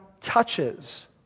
touches